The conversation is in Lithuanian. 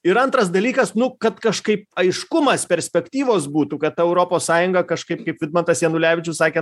ir antras dalykas nu kad kažkaip aiškumas perspektyvos būtų kad europos sąjunga kažkaip kaip vidmantas janulevičius sakė